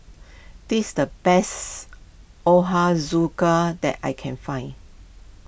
this the best Ochazuke that I can find